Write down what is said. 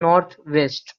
northwest